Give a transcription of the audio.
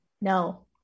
No